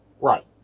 Right